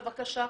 בבקשה,